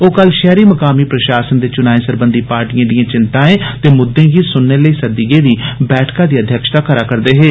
ओ कल पैहरी मकामी प्रषासन दे चुनाएं सरबंधी पार्टिएं दिएं चिंताएं ते मुद्दें गी सुनने लेई सददी गेदी बैठका दी अध्यक्षता करै करदे हे